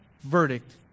verdict